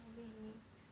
小妹妹